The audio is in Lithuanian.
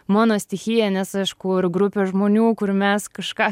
mano stichija nes aš kur grupė žmonių kur mes kažką